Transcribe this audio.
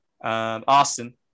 Austin